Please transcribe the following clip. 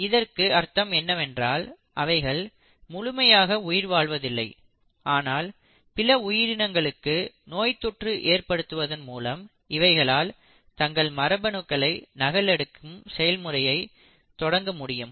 இதற்கு அர்த்தம் என்னவென்றால் அவைகள் முழுமையாக உயிர் வாழ்வதில்லை ஆனால் பிற உயிரினங்களுக்கு நோய்த்தொற்று ஏற்படுத்துவதன் மூலம் இவைகளால் தங்கள் மரபணுக்களை நகல் எடுக்கும் செயல்முறையை தொடங்க முடியும்